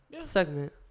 segment